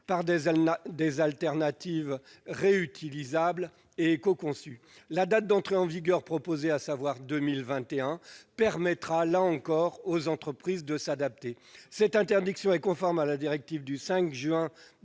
par des alternatives réutilisables et éco-conçues. La date d'entrée en vigueur proposée de cette mesure, à savoir le 1 janvier 2021, permettra aux entreprises de s'adapter. Cette interdiction est conforme à la directive du 5 juin 2019